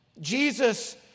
Jesus